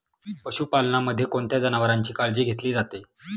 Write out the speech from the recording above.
पशुपालनामध्ये कोणत्या जनावरांची काळजी घेतली जाते?